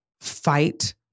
fight